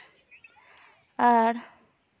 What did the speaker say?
ᱟᱨ